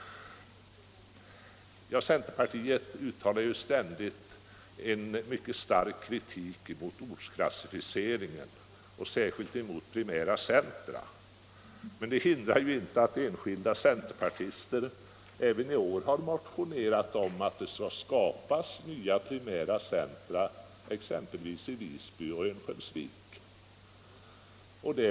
Centerpartiet uttalar ständigt stark kritik mot ortsklassificeringen, särskilt mot skapandet av primära centra. Men det hindrar inte att enskilda centerpartister även i år motionerat om att det skall skapas nya primära centra, exempelvis i Visby och Örnsköldsvik.